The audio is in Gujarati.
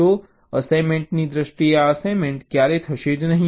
તો અસાઇનમેંટની દ્રષ્ટિએ આ અસાઇનમેંટ ક્યારેય થશે નહીં